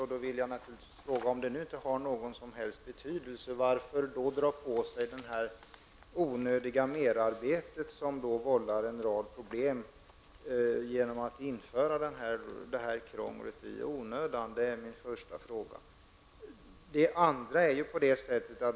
Jag vill naturligtvis fråga: Om det inte har någon som helst betydelse, varför då dra på sig detta onödiga merarbete som vållar en rad problem genom att införa krångel i onödan? Det är min första fråga.